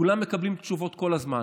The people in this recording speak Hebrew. כולם מקבלים תשובות כל הזמן,